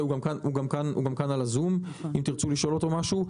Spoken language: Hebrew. הוא נמצא כאן בזום אם תרצו לשאול אותו משהו.